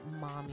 mommy